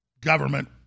government